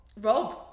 Rob